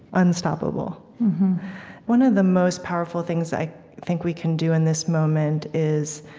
unstoppable one of the most powerful things i think we can do, in this moment, is,